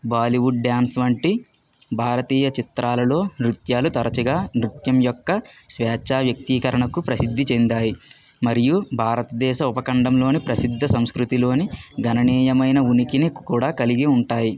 Bollywood dance వంటి భారతీయ చిత్రాలలో నృత్యాలు తరచుగా నృత్యం యొక్క స్వేచ్ఛ వ్యక్తీకరణకు ప్రసిద్ధి చెందాయి మరియు భారతదేశ ఉపఖండంలోని ప్రసిద్ధ సంస్కృతిలోని గణనీయమైన ఉనికిని కూడా కలిగి ఉంటాయి